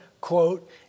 quote